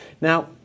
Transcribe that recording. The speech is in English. Now